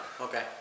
Okay